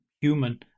human